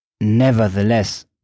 Nevertheless